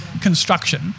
construction